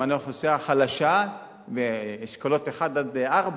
למען האוכלוסייה החלשה באשכולות 1 4,